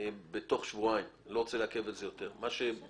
מה שהם ביקשו,